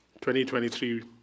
2023